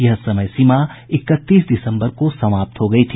यह समय सीमा इकतीस दिसम्बर को समाप्त हो गयी थी